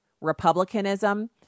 Republicanism